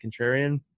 contrarian